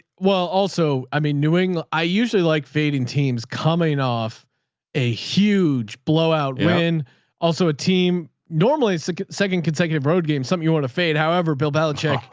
well also, i mean, newing, i usually like fading teams coming off a huge blowout when also a team, normally it's second consecutive road game something you want to fade. however, bill belichick,